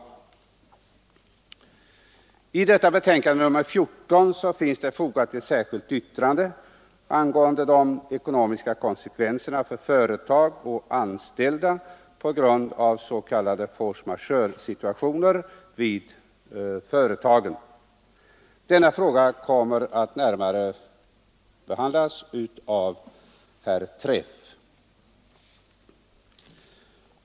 Vid betänkandet nr 14 finns fogat ett särskilt yttrande angående de ekonomiska konsekvenserna för företag och anställda på grund av s.k. force majeure-situationer vid företagen. Denna fråga kommer att närmare behandlas av herr Träff.